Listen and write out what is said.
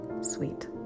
Sweet